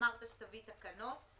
אמרת שתביא תקנות.